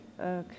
Okay